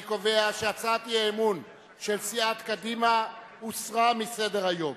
אני קובע שהצעת האי-אמון של סיעת קדימה הוסרה מסדר-היום.